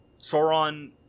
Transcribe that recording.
Sauron